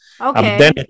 okay